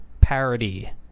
parody